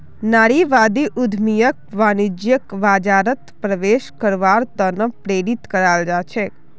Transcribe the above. नारीवादी उद्यमियक वाणिज्यिक बाजारत प्रवेश करवार त न प्रेरित कराल जा छेक